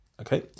Okay